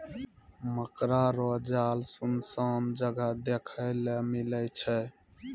मकड़ा रो जाल सुनसान जगह देखै ले मिलै छै